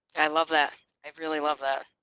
i love that i really love that.